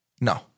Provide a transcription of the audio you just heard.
no